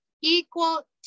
equal